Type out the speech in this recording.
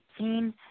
18